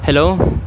hello